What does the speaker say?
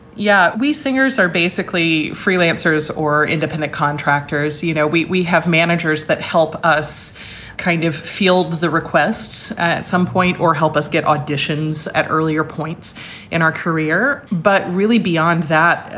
yeah, we singers are basically freelancers or independent contractors. you know, we we have managers that help us kind of field the requests at some point or help us get auditions at earlier points in our career. but really beyond that,